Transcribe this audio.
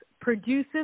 produces